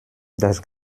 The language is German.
das